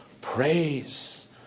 Praise